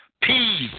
Peace